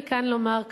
אני כאן לומר,